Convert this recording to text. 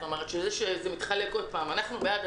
כלומר שזה מתחלק בכל פעם: אנחנו בעד,